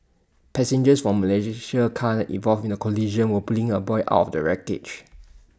passengers from A Malaysian car involved in the collision were pulling A boy out of the wreckage